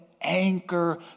anchor